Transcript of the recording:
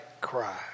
cry